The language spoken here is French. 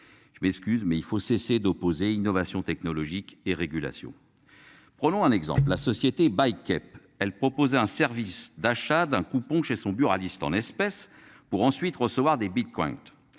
Je m'excuse mais il faut cesser d'opposer, innovation technologique et régulation. Prenons un exemple, la société biquette elle proposer un service d'achat d'un coupon chez son buraliste en espèces pour ensuite recevoir des bitcoins.